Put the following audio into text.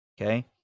okay